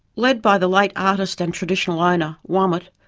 led by the late artist and traditional owner, wamut,